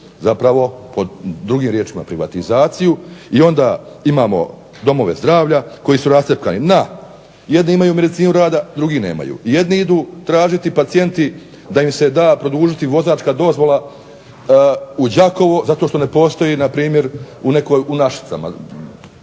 zapravo drugim riječima privatizaciju i onda imamo domove zdravlja koji su rascjepkani na, jedni imaju medicinu rada, drugi nemaju, jedni idu tražiti pacijenti da im se da produžiti vozačka dozvola u Đakovu zato što ne postoji npr. u Našicama.